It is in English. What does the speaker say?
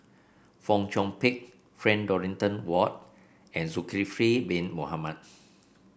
Fong Chong Pik Frank Dorrington Ward and Zulkifli Bin Mohamed